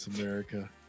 america